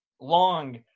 long